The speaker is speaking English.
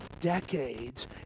decades